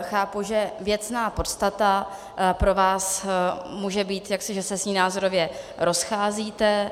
Chápu, že věcná podstata pro vás může být jaksi, že se s ní názorově rozcházíte.